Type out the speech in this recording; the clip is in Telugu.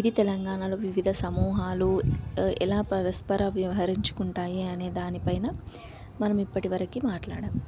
ఇది తెలంగాణలో వివిధ సమూహాలు ఎలా పరస్పర వ్యవహరించుకుంటాయి అనే దానిపైన మనం ఇప్పటి వరకు మాట్లాడాము